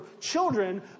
children